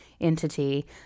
entity